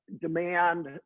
demand